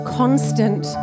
constant